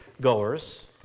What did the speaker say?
goers